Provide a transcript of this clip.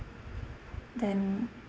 then